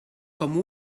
com